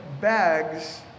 bags